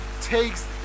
takes